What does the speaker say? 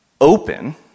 open